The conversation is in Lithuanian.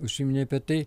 užsiminė apie tai